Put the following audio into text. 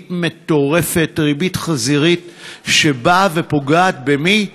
ריבית מטורפת, ריבית חזירית, שפוגעת, במי?